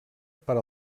per